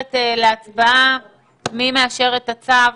רצית לומר משהו?